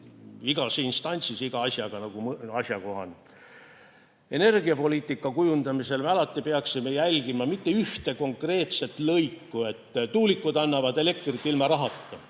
igas instantsis iga asja puhul asjakohane. Energiapoliitika kujundamisel me peaksime alati jälgima mitte ühte konkreetset lõiku, et tuulikud annavad elektrit ilma rahata.